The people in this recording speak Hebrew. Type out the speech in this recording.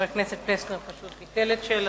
חבר הכנסת פלסנר פשוט ביטל את שאלתו,